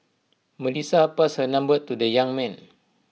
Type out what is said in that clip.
Melissa passed her number to the young man